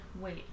wait